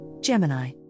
Gemini